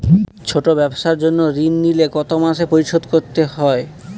ছোট ব্যবসার জন্য ঋণ নিলে কত মাসে পরিশোধ করতে হয়?